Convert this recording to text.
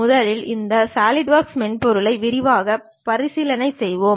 முதலில் இந்த சாலிட்வொர்க்ஸ் மென்பொருளை விரைவாக மறுபரிசீலனை செய்வோம்